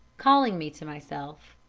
calling me to myself,